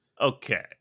Okay